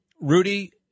Rudy